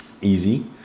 easy